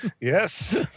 Yes